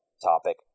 topic